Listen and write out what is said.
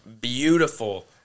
beautiful